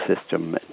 System